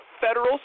federal